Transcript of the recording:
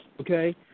okay